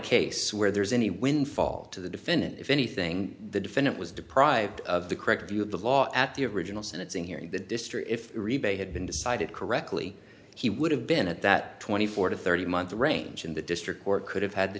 case where there's any windfall to the defendant if anything the defendant was deprived of the correct view of the law at the original sentence in hearing the district if rebate had been decided correctly he would have been at that twenty four to thirty month range and the district court could have had the